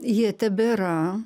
jie tebėra